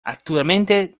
actualmente